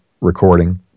recording